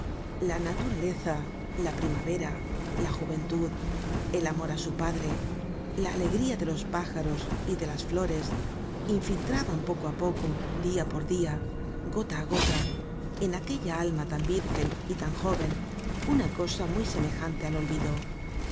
la naturaleza la primavera la juventud el amor á su padre la alegría de los pájaros y de las flores infiltraban poco á poco dia por dia gota á gota en aquella alma tan virgen y tan jóven una cosa muy semejante al olvido